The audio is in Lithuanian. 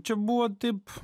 čia buvo taip